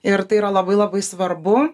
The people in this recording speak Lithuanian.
ir tai yra labai labai svarbu